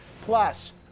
Plus